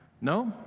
No